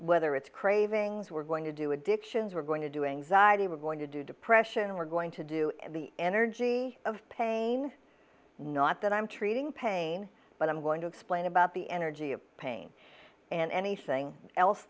whether it's cravings we're going to do addictions we're going to do anxiety we're going to do depression we're going to do the energy of pain not that i'm treating pain but i'm going to explain about the energy of pain and anything else